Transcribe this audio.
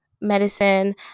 medicine